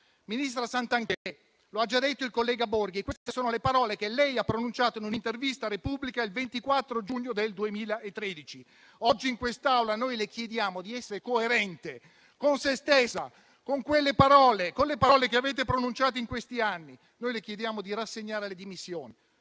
Ministra Santanchè, lo ha già detto il collega Borghi: queste sono le parole che lei ha pronunciato in un'intervista a «la Repubblica» il 24 giugno 2013. Oggi in quest'Aula noi le chiediamo di essere coerente con sé stessa, con quelle parole, con le parole che avete pronunciato in questi anni. Noi le chiediamo di rassegnare le dimissioni